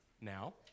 now